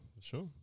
sure